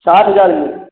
साठ हज़ार में